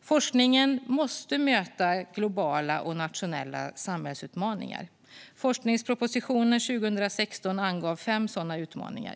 Forskningen måste möta globala och nationella samhällsutmaningar. Forskningspropositionen 2016 angav fem sådana utmaningar.